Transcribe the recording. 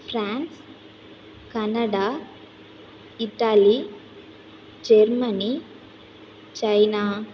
France Canada Italy Germany China